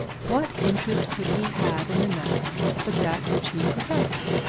what interest could he have in the matter but that which he professed?